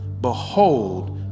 behold